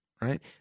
right